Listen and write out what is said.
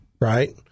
Right